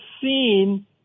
seen